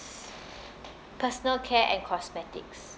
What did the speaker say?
personal care and cosmetics